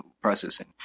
processing